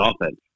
offense